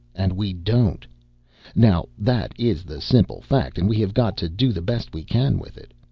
and we don't now that is the simple fact, and we have got to do the best we can with it.